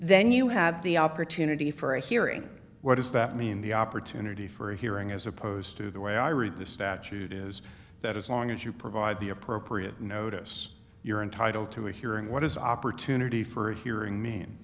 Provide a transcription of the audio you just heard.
then you have the opportunity for a hearing what does that mean the opportunity for a hearing as opposed to the way i read the statute is that as long as you provide the appropriate notice you're entitled to a hearing what is opportunity for is earing mean